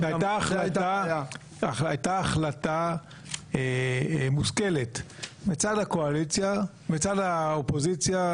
הייתה החלטה מושכלת בזמנו מצד האופוזיציה